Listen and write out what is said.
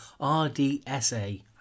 rdsa